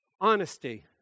Honesty